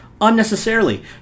unnecessarily